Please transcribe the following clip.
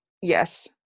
yes